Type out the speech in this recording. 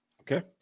Okay